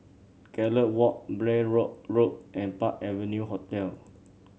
Gallop Walk Blair Road Road and Park Avenue Hotel